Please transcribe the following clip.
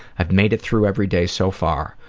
i've made it through every day so far.